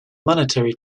monetary